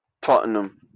Tottenham